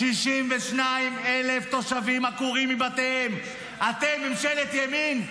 62,000 תושבים עקורים מבתיהם, אתם ממשלת ימין?